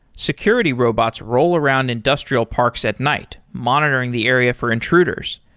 security robots roll around industrial parks at night monitoring the area for intruders.